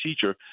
teacher